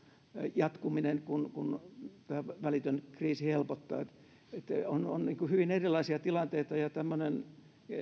jatkuminen kun kun välitön kriisi helpottaa eli on hyvin erilaisia tilanteita ja tämmöinen